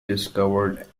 discovered